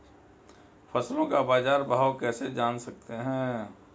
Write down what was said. फसलों का बाज़ार भाव कैसे जान सकते हैं?